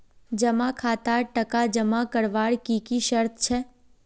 जमा खातात टका जमा करवार की की शर्त छे?